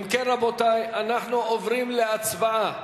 אם כן, רבותי, אנחנו עוברים להצבעה.